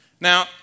Now